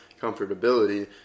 comfortability